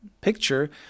picture